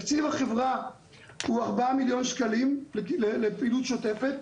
תקציב החברה הוא ארבעה מיליון שקלים לפעילות שוטפת.